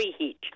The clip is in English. preheat